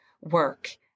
work